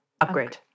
upgrade